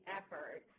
effort